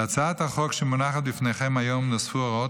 להצעת החוק שמונחת בפניכם היום נוספו הוראות